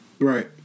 Right